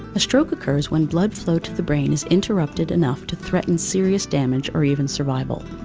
a stroke occurs when blood flow to the brain is interrupted enough to threaten serious damage or even survival.